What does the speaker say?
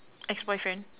ex-boyfriend